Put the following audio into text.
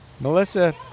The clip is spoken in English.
melissa